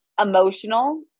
Emotional